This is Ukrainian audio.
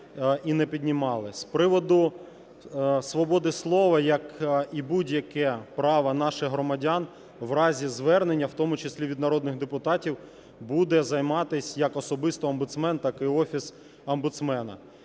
З приводу свободи слова. Як і будь-яке право наших громадян, в разі звернення, в тому числі від народних депутатів, буде займатись як особисто омбудсмен, так і Офіс омбудсмена.